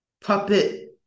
puppet